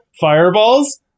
fireballs